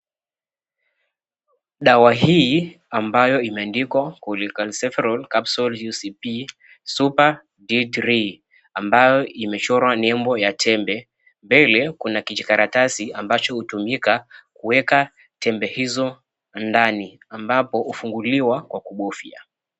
Dawa hii ambayo imeandikwa Cholecalciferol Capsule Cp super D3 ambayo imechorwa nembo ya tembe mbele, kuna kijikaratasi ambacho hutumika kuweka tembe hizo ndani ambapo hufunguliwa kwa kubofya.